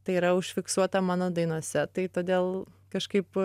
tai yra užfiksuota mano dainose tai todėl kažkaip